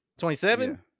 27